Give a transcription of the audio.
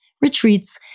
retreats